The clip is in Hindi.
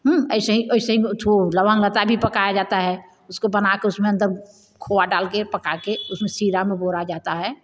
हूं ऐसे ही ऐसे ही थो लौंग लत्ता भी पकाया जाता है उसको बना के उसमे अंदर खोआ डाल के पका के उसमें सीरा में बोरा जाता हैं